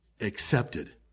accepted